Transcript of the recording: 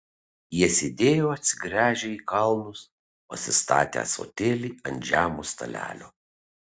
jie sėdėjo atsigręžę į kalnus pasistatę ąsotėlį ant žemo stalelio